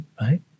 Right